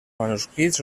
manuscrits